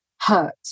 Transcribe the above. hurt